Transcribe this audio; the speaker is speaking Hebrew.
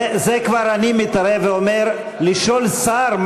לא, לא, לא, זה כבר, אתם עכשיו שואלים